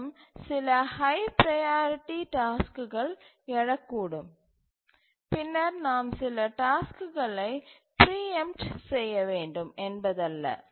மேலும் சில high priority டாஸ்க்குகள் எழக்கூடும் பின்னர் நாம் சில டாஸ்க்குகளை பிரீஎம்ட் செய்ய வேண்டும் என்பதல்ல